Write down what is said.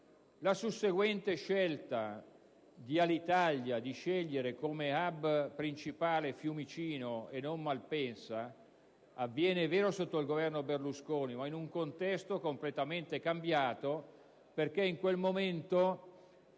La susseguente scelta di Alitalia di assumere come *hub* principale Fiumicino e non Malpensa avviene - è vero - sotto il Governo Berlusconi, ma in un contesto completamente cambiato, perché in quel momento